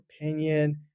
opinion